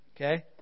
okay